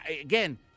Again